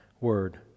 word